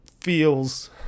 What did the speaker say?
feels